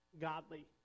godly